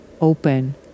Open